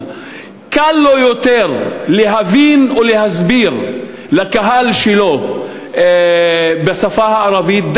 קל יותר להבין או להסביר לקהל שלו בשפה הערבית,